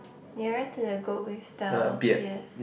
nearer to the goat with the beard